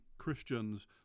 Christians